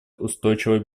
устойчивой